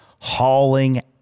hauling